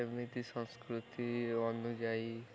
ଏମିତି ସଂସ୍କୃତି ଅନୁଯାୟୀ